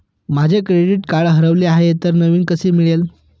माझे credit card हरवले आहे तर नवीन कसे मिळेल?